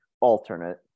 alternate